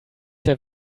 der